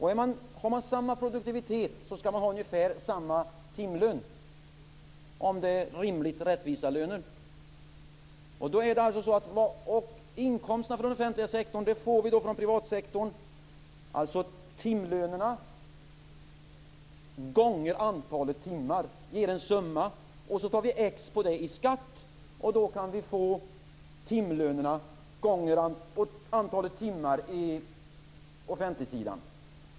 Har man samma produktivitet skall man ha ungefär samma timlön, om det är rimligt rättvisa löner. Inkomsterna från den offentliga sektorn får vi från privatsektorn. Timlönerna gånger antalet timmar ger en summa, och sedan tar vi x på det i skatt. Då kan vi få timlönerna gånger antalet timmar på offentligsidan.